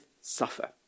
suffer